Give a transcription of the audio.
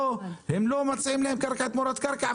פה הם לא מציעים להם אפילו קרקע תמורת קרקע.